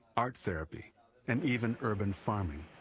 art therapy and even urban farming.